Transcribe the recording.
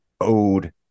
owed